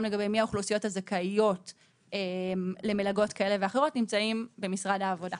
לגבי מי האוכלוסיות הזכאיות למלגות כאלה ואחרות נמצאים במשרד העבודה.